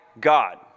God